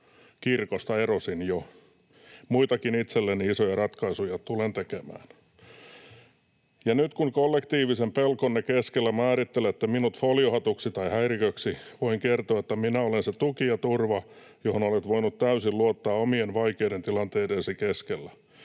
Kirkosta erosin jo. Muitakin itselleni isoja ratkaisuja tulen tekemään. Ja nyt kun kollektiivisen pelkonne keskellä määrittelette minut foliohatuksi tai häiriköksi, voin kertoa, että minä olen se tuki ja turva, johon olet voinut täysin luottaa omien vaikeiden tilanteidesi keskellä.